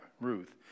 Ruth